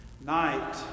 Night